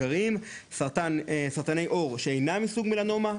הסוג הראשון סרטני עור שאינם מסוג מלנומה,